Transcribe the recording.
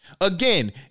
Again